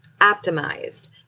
optimized